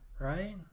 Right